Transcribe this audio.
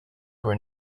were